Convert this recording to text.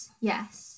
Yes